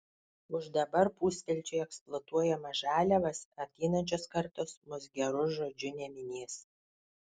už dabar pusvelčiui eksploatuojamas žaliavas ateinančios kartos mus geru žodžiu neminės